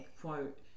quote